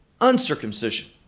uncircumcision